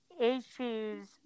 issues